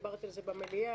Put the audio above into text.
דיברתי על זה במליאה,